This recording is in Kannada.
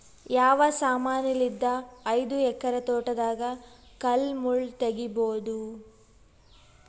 ಯಾವ ಸಮಾನಲಿದ್ದ ಐದು ಎಕರ ತೋಟದಾಗ ಕಲ್ ಮುಳ್ ತಗಿಬೊದ?